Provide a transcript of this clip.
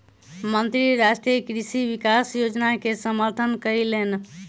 मंत्री राष्ट्रीय कृषि विकास योजना के समर्थन कयलैन